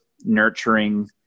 nurturing